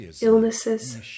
illnesses